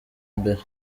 mbere